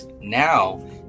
now